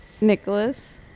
Nicholas